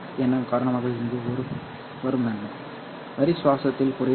M காரணமாக இங்கு வரும் நன்மை வரி சுவாசத்தில் குறைவு ஏன்